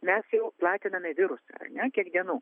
mes jau platiname virusą ar ne kiek dienų